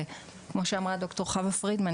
וכמו שאמרה ד"ר חווה פרידמן,